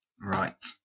right